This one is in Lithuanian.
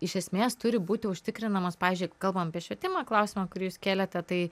iš esmės turi būti užtikrinamas pavyzdžiui jeigu kalbam apie švietimo klausimą kurį jūs kėlėte tai